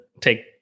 take